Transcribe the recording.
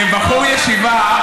ובחור ישיבה,